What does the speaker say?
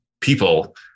people